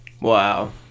Wow